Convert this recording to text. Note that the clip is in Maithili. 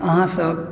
अहाँसभ